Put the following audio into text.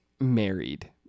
married